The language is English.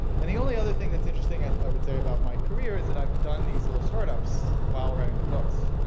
and the only other thing that's interesting i would say about my career is that i've done these little start-ups while writing the books.